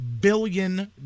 billion